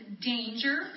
danger